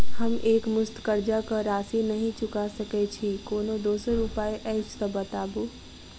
हम एकमुस्त कर्जा कऽ राशि नहि चुका सकय छी, कोनो दोसर उपाय अछि तऽ बताबु?